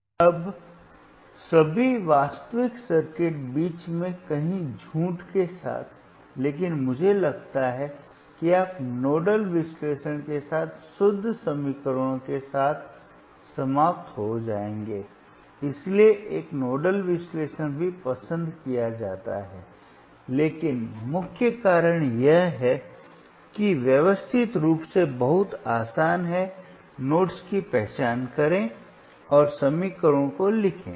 अब सभी वास्तविक सर्किट बीच में कहीं झूठ के साथ लेकिन मुझे लगता है कि आप नोडल विश्लेषण के साथ शुद्ध समीकरणों के साथ समाप्त हो जाएंगे इसलिए एक नोडल विश्लेषण भी पसंद किया जाता है लेकिन मुख्य कारण यह है कि व्यवस्थित रूप से बहुत आसान है नोड्स की पहचान करें और समीकरणों को लिखें